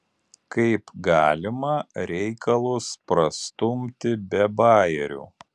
kaip galima reikalus prastumti be bajerių